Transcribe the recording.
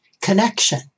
Connection